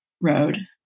road